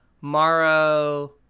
Morrow